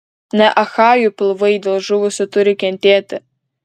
ne achajų pilvai dėl žuvusių turi kentėti